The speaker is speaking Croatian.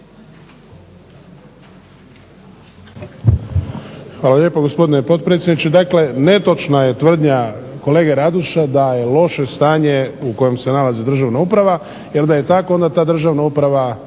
Hvala lijepo gospodine potpredsjedniče. Dakle, netočna je tvrdnja kolege Radoša da je loše stanje u kojem se nalazi državna uprava, jer da je tako onda ta državna uprava